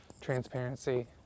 transparency